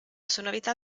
sonorità